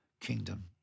kingdom